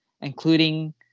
including